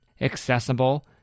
accessible